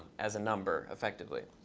as a number effectively.